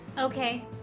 Okay